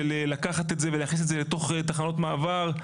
של לקחת את זה ולהכניס את זה לתוך תחנות מעבר,